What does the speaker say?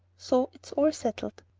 so it's all settled.